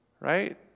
Right